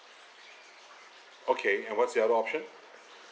okay and what's the other option